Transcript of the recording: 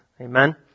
Amen